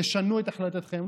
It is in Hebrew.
תשנו את החלטתכם.